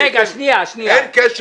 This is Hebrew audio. אין קשר